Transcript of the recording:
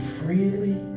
freely